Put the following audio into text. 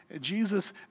Jesus